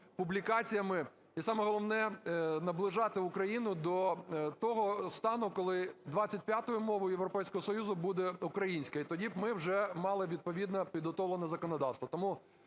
публікаціями. І саме головне – наближати Україну до того стану, коли 25 мовою Європейського Союзу буде українська. І тоді б ми вже мали відповідно підготовлене законодавство.